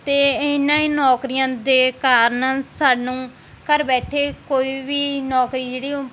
ਅਤੇ ਇਹਨਾਂ ਹੀ ਨੌਕਰੀਆਂ ਦੇ ਕਾਰਨ ਸਾਨੂੰ ਘਰ ਬੈਠੇ ਕੋਈ ਵੀ ਨੌਕਰੀ ਜਿਹੜੀ ਉਹ